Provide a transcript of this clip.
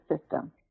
system